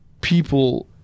people